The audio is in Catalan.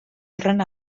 tornen